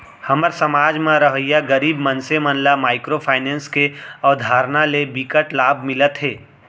हमर समाज म रहवइया गरीब मनसे मन ल माइक्रो फाइनेंस के अवधारना ले बिकट लाभ मिलत हे